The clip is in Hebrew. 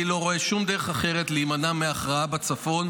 אני לא רואה שום דרך אחרת להימנע מהכרעה בצפון.